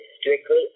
strictly